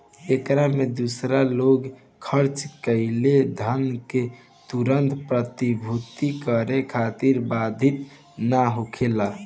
एकरा में दूसर लोग खर्चा कईल धन के तुरंत प्रतिपूर्ति करे खातिर बाधित ना होखेला